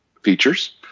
features